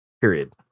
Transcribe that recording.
Period